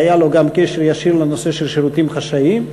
שהיה לו גם קשר ישיר לנושא של שירותים חשאיים.